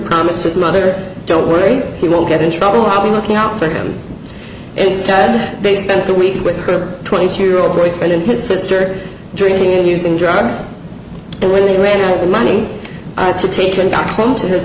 promised his mother don't worry he won't get in trouble i'll be looking out for him instead they spent the weekend with her twenty two year old boyfriend and his sister drinking and using drugs and when he read the money